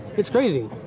it's crazy.